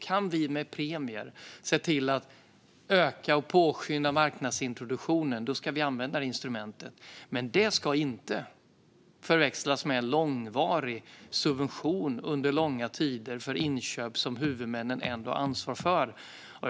Kan vi med premier se till att öka och påskynda marknadsintroduktionen ska vi använda det instrumentet, men det ska inte förväxlas med långvarig subventionering under lång tid av inköp som huvudmännen ändå ansvarar för.